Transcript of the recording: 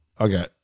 okay